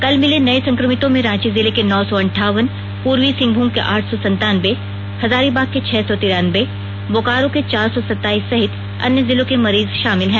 कल मिले नए संक्रमितों में रांची जिले के नौ सौ अन्ठावन पूर्वी सिंहभूम के आठ सौ संतानबे हजारीबाग के छह सौ तिरानबे बोकारो के चार सौ सत्ताईस सहित अन्य जिलों के मरीज शामिल हैं